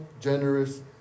generous